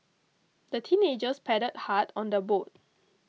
the teenagers paddled hard on their boat